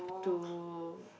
to